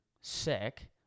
sick